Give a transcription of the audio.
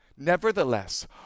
Nevertheless